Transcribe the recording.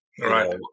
right